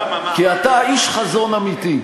כי אתה איש חזון אמיתי.